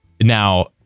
Now